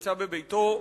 שנמצא בביתו,